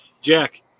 Jack